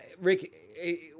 Rick